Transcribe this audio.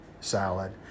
salad